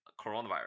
coronavirus